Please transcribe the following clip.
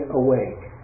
awake